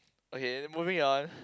okay moving on